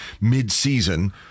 mid-season